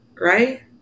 right